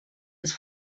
ist